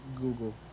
Google